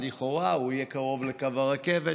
לכאורה הוא יהיה קרוב לקו הרכבת.